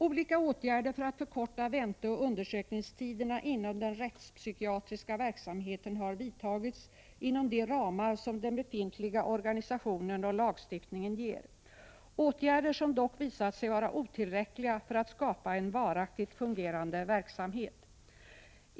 Olika åtgärder för att förkorta vänteoch undersökningstiderna inom den rättspsykiatriska verksamheten har vidtagits inom de ramar som den befintliga organisationen och lagstiftningen ger, åtgärder som dock visat sig vara otillräckliga för att skapa en varaktigt fungerande verksamhet.